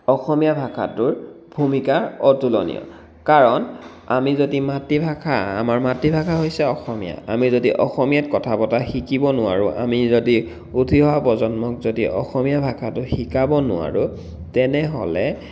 অসমীয়া ভাষাটোৰ ভূমিকা অতুলনীয় কাৰণ আমি যদি মাতৃভাষা আমাৰ মাতৃভাষা হৈছে অসমীয়া আমি যদি অসমীয়াত কথা পতা শিকিব নোৱাৰোঁ আমি যদি উঠি অহা প্ৰজন্মক যদি অসমীয়া ভাষাটো শিকাব নোৱাৰোঁ তেনেহ'লে